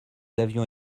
avions